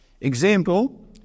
Example